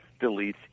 deletes